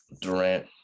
Durant